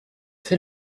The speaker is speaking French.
fait